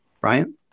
Brian